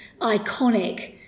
iconic